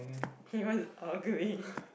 is ugly